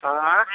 आँए